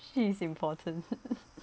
she is important